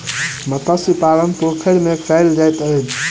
मत्स्य पालन पोखैर में कायल जाइत अछि